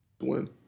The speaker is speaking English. win